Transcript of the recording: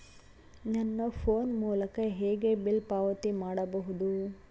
ನನ್ನ ಫೋನ್ ಮೂಲಕ ಹೇಗೆ ಬಿಲ್ ಪಾವತಿ ಮಾಡಬಹುದು?